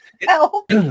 help